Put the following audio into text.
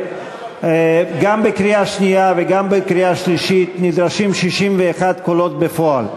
גם בקריאה שנייה וגם בקריאה שלישית נדרשים 61 קולות בפועל.